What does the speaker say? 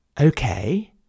Okay